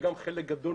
חברים,